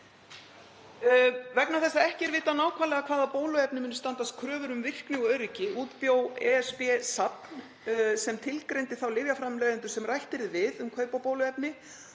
Vegna þess að ekki er vitað nákvæmlega hvaða bóluefni muni standast kröfur um virkni og öryggi útbjó ESB safn sem tilgreindi þá lyfjaframleiðendur sem rætt yrði við um kaup á bóluefni